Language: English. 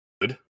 Good